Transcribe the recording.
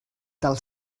del